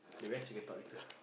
the rest we can talk later